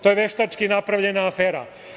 To je veštački napravljena afera.